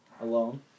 Alone